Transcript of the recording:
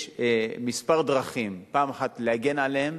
יש כמה דרכים: 1. להגן עליהם